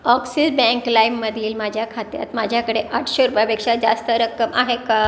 oxy bank लाईममधील माझ्या खात्यात माझ्याकडे आठशे रुपयापेक्षा जास्त रक्कम आहे का